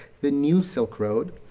the new silk road,